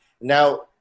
now